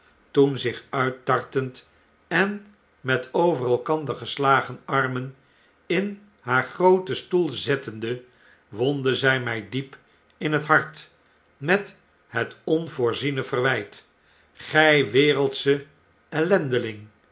toen zich uittartend en met over elkander geslagen armen in haar grooten stoel zettende wondde zij my diep in het hart met het onvoorziene verwyt gfj wereldsche